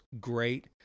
great